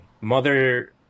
mother